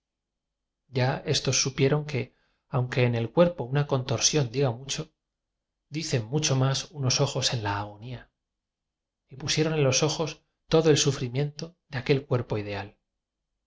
ya estos supieron que aunque en el cuerpo una contorsión diga mucho dicen mucho más unos ojos en la agonía y pusieron en los ojos todo el sufrimiento de aquel cuerpo ideal